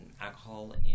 alcohol